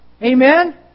Amen